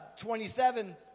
27